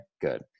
good